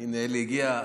הינה, אלי הגיע.